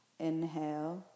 inhale